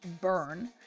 burn